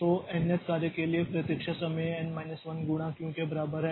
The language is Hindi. तो इस एनth कार्य के लिए प्रतीक्षा समय एन माइनस 1 गुणा क्यू के बराबर है